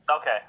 Okay